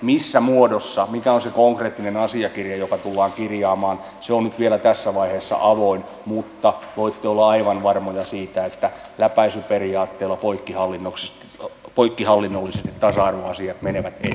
missä muodossa mikä on se konkreettinen asiakirja joka tullaan kirjaamaan se on nyt vielä tässä vaiheessa avoinna mutta voitte olla aivan varmoja siitä että läpäisyperiaatteella poikkihallinnolliset tasa arvoasiat menevät eteenpäin